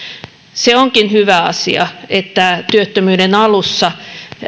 se onkin hyvä asia että työttömyyden alussa